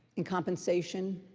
in compensation,